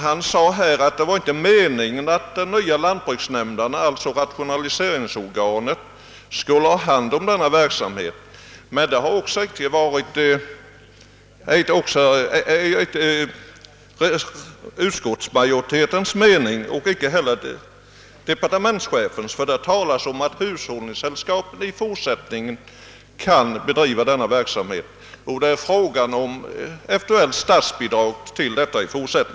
Han sade att det inte var meningen att de nya lantbruksnämnderna, d.v.s. rationaliseringsorganen, skulle ha hand om denna verksamhet. Men det har inte heller varit vare sig utskottsmajoritetens eller departementschefens mening, ty det talas om att hushållningssällskapen i fortsättningen kan bedriva denna verksamhet. Det är fråga om ett eventuellt statsbidrag till dessa.